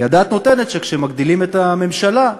כי הדעת נותנת שכשמגדילים את הממשלה,